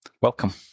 Welcome